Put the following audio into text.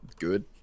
good